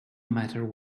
matter